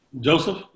Joseph